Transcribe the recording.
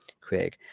Craig